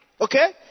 Okay